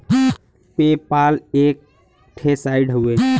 पे पाल एक ठे साइट हउवे